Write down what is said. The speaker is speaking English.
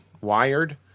Wired